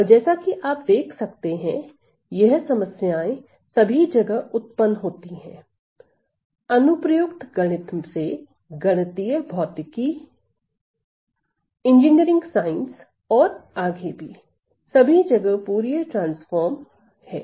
और जैसा कि आप देख सकते हैं यह समस्याएं सभी जगह उत्पन्न होती है अनुप्रयुक्त गणित से गणितीय भौतिकी इंजीनियरिंग साइंस और आगे भी सभी जगह फूरिये ट्रांसफॉर्म है